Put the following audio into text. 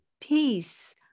peace